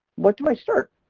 what do i start?